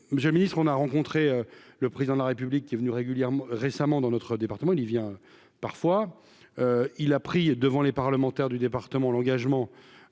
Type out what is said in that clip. monsieur le ministre, on a rencontré le président de la République qui est venu régulièrement récemment dans notre département y vient parfois il a pris devant les parlementaires du département, l'engagement